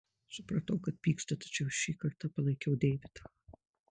supratau kad pyksta tačiau šį kartą palaikiau deividą